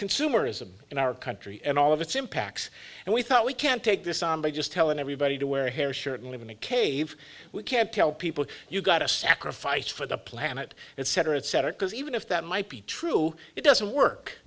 consumerism in our country and all of its impacts and we thought we can't take this on by just telling everybody to wear hair shirt and live in a cave we can't tell people you've got to sacrifice for the planet and cetera et cetera because even if that might be true it doesn't work